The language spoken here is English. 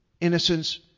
Innocence